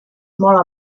molt